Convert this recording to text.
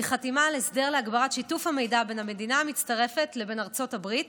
חתימה על הסדר להגברת שיתוף המידע בין המדינה המצטרפת לבין ארצות הברית